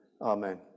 Amen